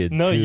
no